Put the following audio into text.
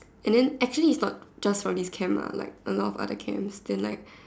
and then actually is not just for this camp lah like a lot of other camps then like